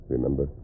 Remember